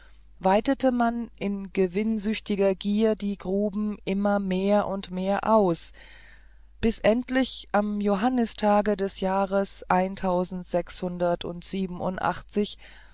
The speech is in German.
weitete man in gewinnsüchtiger gier die gruben immer mehr und mehr aus bis endlich am johannistage des jahres eintausendsechshundert und siebenundachtzig